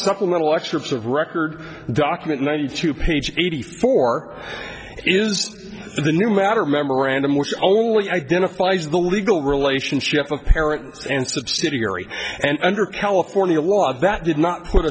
supplemental excerpts of record document ninety two page eighty four is the new matter memorandum which only identifies the legal relationship of parents and subsidiary and under california law that did not put